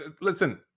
Listen